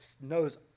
knows